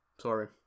Sorry